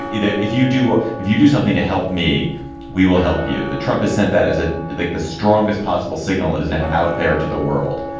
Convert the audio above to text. if you do ah if you do something to help me we will help you. the trump has sent that as ah like the strongest possible signal it is now out there to the world.